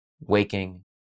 waking